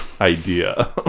idea